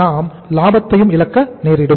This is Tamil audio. நாம் லாபத்தை இழக்க நேரிடும்